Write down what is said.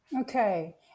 Okay